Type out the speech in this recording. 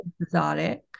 exotic